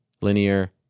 linear